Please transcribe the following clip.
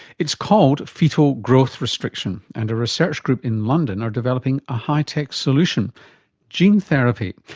it's called foetal growth restriction and a research group in london are developing a high-tech solution gene therapy.